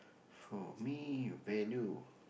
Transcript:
for me value